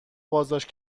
بازداشت